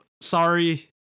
sorry